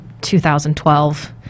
2012